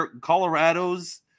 Colorado's